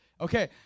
Okay